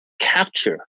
capture